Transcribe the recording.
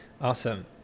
Awesome